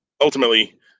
ultimately